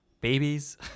babies